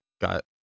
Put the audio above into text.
got